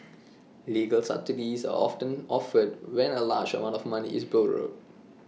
legal subsidies are of turn offered when A large amount of money is borrowed